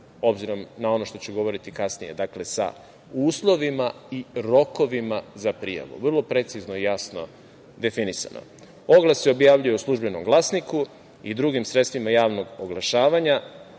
obzirom da ću ono govoriti kasnije, dakle, sa uslovima i rokovima za prijavu, vrlo precizno i jasno definisano. Oglas se objavljuje u „Službenom glasniku“ i drugim sredstvima oglašavanja,